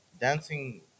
dancing